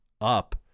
up